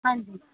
ਹਾਂਜੀ